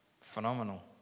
Phenomenal